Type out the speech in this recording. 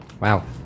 Wow